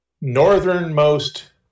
Northernmost